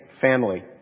family